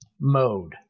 mode